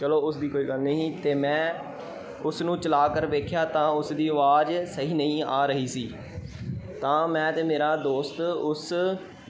ਚਲੋ ਉਸ ਦੀ ਕੋਈ ਗੱਲ ਨਹੀਂ ਅਤੇ ਮੈਂ ਉਸ ਨੂੰ ਚਲਾ ਕਰ ਵੇਖਿਆ ਤਾਂ ਉਸ ਦੀ ਆਵਾਜ਼ ਸਹੀ ਨਹੀਂ ਆ ਰਹੀ ਸੀ ਤਾਂ ਮੈਂ ਅਤੇ ਮੇਰਾ ਦੋਸਤ ਉਸ